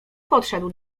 podszedł